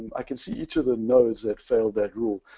i can see each of the nodes that failed that rule.